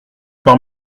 par